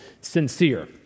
sincere